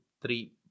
Three